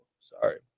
sorry